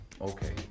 okay